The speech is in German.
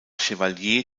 chevalier